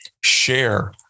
share